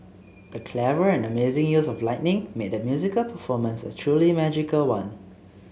the clever and amazing use of lighting made the musical performance a truly magical one